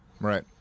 Right